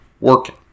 Working